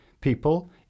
people